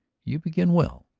you begin well.